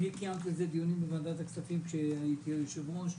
קיימתי על זה דיונים בוועדת הכספים כשהייתי היושב-ראש.